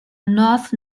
north